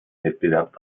wettbewerb